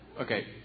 okay